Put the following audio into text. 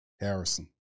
Harrison